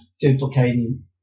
duplicating